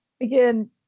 Again